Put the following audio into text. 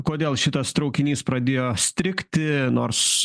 kodėl šitas traukinys pradėjo strigti nors